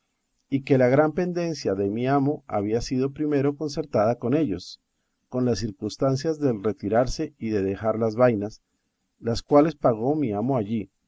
y que la gran pendencia de mi amo había sido primero concertada con ellos con las circunstancias del retirarse y de dejar las vainas las cuales pagó mi amo allí